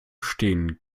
stehen